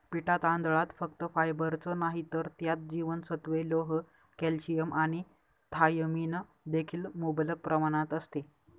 पिटा तांदळात फक्त फायबरच नाही तर त्यात जीवनसत्त्वे, लोह, कॅल्शियम आणि थायमिन देखील मुबलक प्रमाणात असते